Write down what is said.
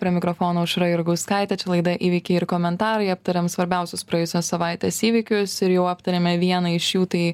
prie mikrofono aušra jurgauskaitė čia laida įvykiai ir komentarai aptariam svarbiausius praėjusios savaitės įvykius ir jau aptarėme vieną iš jų tai